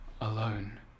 alone